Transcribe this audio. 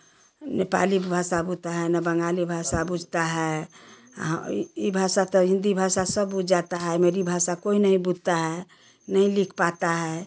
नेपाली भाषा बूझता है न बंगाली भाषा बूझता है हाँ यह भाषा तो हिंदी भाषा सब बुझ जाता है मेरी भाषा कोई नहीं बूझता है नहीं लिख पाता है